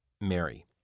Mary